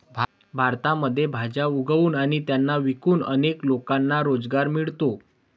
भारतामध्ये भाज्या उगवून आणि त्यांना विकून अनेक लोकांना रोजगार मिळतो